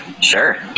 Sure